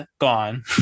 gone